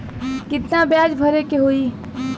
कितना ब्याज भरे के होई?